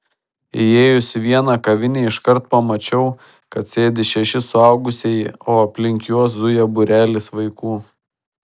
įėjus į vieną kavinę iškart pamačiau kad sėdi šeši suaugusieji o aplink juos zuja būrelis vaikų